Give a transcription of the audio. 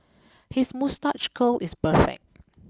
his moustache curl is perfect